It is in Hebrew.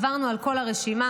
עברנו על כל הרשימה.